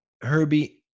Herbie –